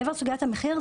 מעבר לסוגיית המחיר,